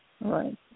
Right